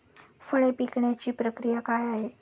फळे पिकण्याची प्रक्रिया काय आहे?